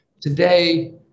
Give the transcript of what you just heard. Today